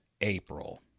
April